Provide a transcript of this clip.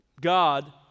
God